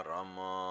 Rama